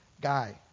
guy